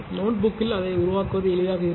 நோட்புக்கில் அதை உருவாக்குவது எளிதாக இருக்கும்